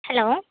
hello